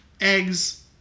eggs